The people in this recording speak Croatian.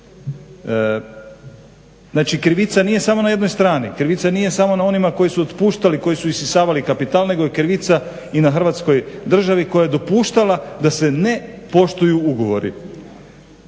Znači, krivica nije samo na jednoj strani, krivica nije samo na onima koji su otpuštali, koji su isisavali kapital, nego je krivica i na Hrvatskoj državi koja je dopuštala da se ne poštuju ugovori.